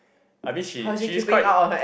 I mean she she's quite